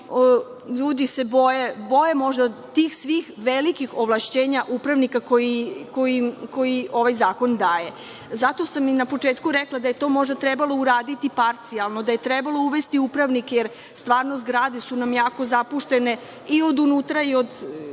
ljudi se boje možda svih tih velikih ovlašćenja upravnika koji ovaj zakon daje. Zato sam i na početku rekla da je to možda trebalo uraditi parcijalno, da je trebalo uvesti upravnike, jer stvarno zgrade su nam jako zapuštene i u unutra i